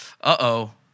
Uh-oh